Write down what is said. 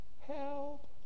Help